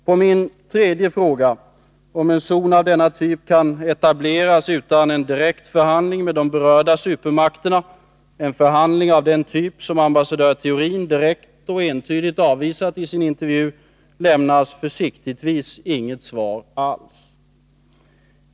På min tredje fråga — om en zon av denna typ kan etableras utan en direkt förhandling med de berörda supermakterna, en förhandling av den typ som ambassadör Theorin direkt och entydigt avvisat i sin intervju — lämnas försiktigtvis inget svar alls.